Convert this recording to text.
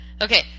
Okay